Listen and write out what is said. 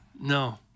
No